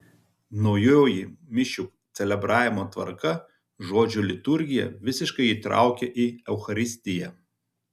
naujoji mišių celebravimo tvarka žodžio liturgiją visiškai įtraukia į eucharistiją